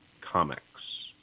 comics